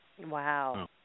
Wow